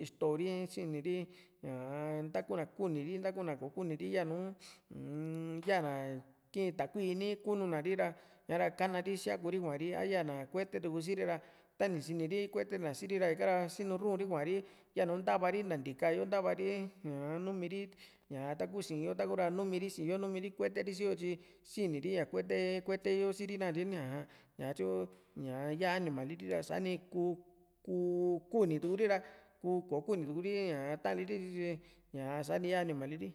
ixtori sini ri ñaa ntakuna kuni ri ntakuna kò´o kuniri yanu uun yana kii takui i´ni kununa ri ra ñara kana ri siakuri kuari a ya´na kuete tu siri ra tani siniri kuetena siri ra ika´ra sinu ru´un ri kuari yanu ntava ri nta ntika yo ntava ri ñaa numiri ñá taku sii´n yo taku ra numiri sii´n yo numiri kueteri si yo tyi siniri ña kuete kueteyo siri nakatye ni ñatyo ñaa yaa animali ri tasani kuu ku kunituri ra ku kò´o kunituri nityi ñaa sani yaa animali ri